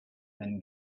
then